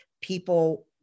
people